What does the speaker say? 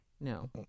No